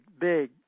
big